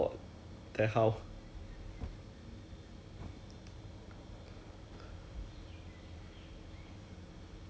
then !walao! 他很多东西没有教 lor then after that 那个 paper 里面出来 sia which is not inside the D_G book at all